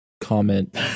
comment